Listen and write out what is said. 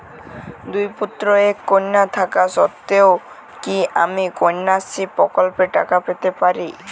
দুই পুত্র এক কন্যা থাকা সত্ত্বেও কি আমি কন্যাশ্রী প্রকল্পে টাকা পেতে পারি?